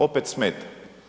Opet smeta.